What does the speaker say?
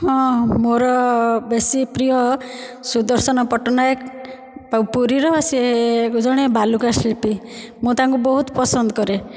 ହଁ ମୋର ବେଶୀ ପ୍ରିୟ ସୁଦର୍ଶନ ପଟ୍ଟନାୟକ ପୁରୀର ସେ ଜଣେ ବାଲୁକା ଶିଳ୍ପୀ ମୁଁ ତାଙ୍କୁ ମୁଁ ତାଙ୍କୁ ବହୁତ ପସନ୍ଦ କରେ